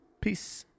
Peace